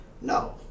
no